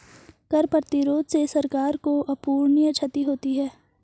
कर प्रतिरोध से सरकार को अपूरणीय क्षति होती है